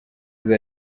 izo